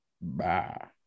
bye